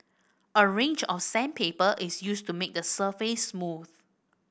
a range of sandpaper is used to make the surface smooth